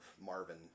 Marvin